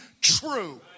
true